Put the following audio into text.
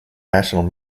national